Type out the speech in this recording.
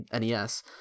NES